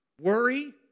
worry